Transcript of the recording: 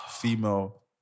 female